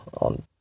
on